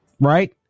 right